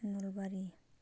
Nalbari